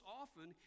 often